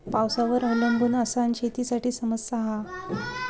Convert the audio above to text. पावसावर अवलंबून असना शेतीसाठी समस्या हा